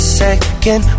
second